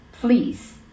Please